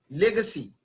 legacy